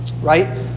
Right